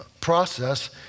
process